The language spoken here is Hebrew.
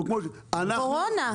אנחנו לא נוכל לגדל.